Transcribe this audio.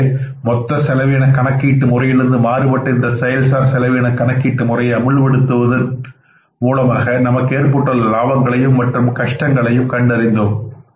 எனவே மொத்த செலவின கணக்கீட்டு முறையிலிருந்து மாறுபட்ட இந்த செயல் சார் செலவின கணக்கீட்டு முறையை அமல் படுத்துவதன் மூலமாக நமக்கு ஏற்பட்டுள்ள லாபங்களையும் மற்றும் கட்டங்களையும் கண்டறிந்தோம்